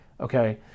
okay